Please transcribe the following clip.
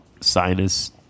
sinus